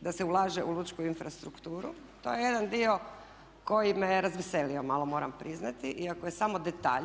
da se ulaže u lučku infrastrukturu. To je jedan dio koji me je razveselio malo moram priznati iako je samo detalj